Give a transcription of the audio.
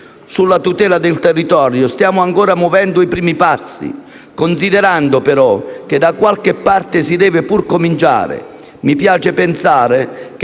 Sulla tutela del territorio stiamo ancora muovendo i primi passi. Considerando, però, che da qualche parte si deve pur cominciare, mi piace pensare che